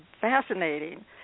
fascinating